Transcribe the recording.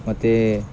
ಮತ್ತು